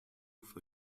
for